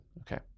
okay